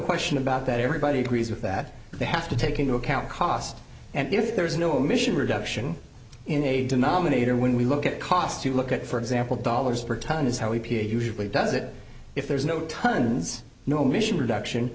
question about that everybody agrees with that they have to take into account cost and if there is no emission reduction in a denominator when we look at cost to look at for example dollars per ton is how he usually does it if there is no tonnes no mission reduction